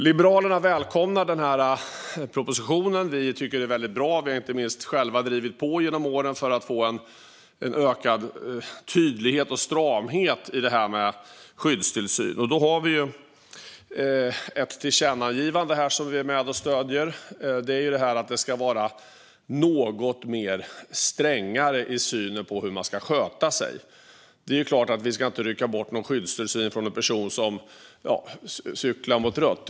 Liberalerna välkomnar den här propositionen. Vi tycker att den är väldigt bra, inte minst för att vi själva drivit på genom åren för att få ökad tydlighet och stramhet i det här med skyddstillsyn. Det finns ett tillkännagivande här, som Liberalerna är med och stöder, om att vi ska vara något strängare i synen på hur man ska sköta sig. Vi ska såklart inte rycka bort någon skyddstillsyn från en person som cyklar mot rött.